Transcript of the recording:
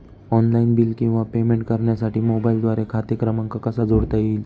Online bill किंवा payment करण्यासाठी मोबाईलद्वारे खाते क्रमांक कसा जोडता येईल?